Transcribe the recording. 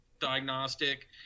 diagnostic